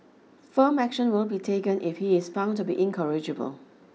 firm action will be taken if he is found to be incorrigible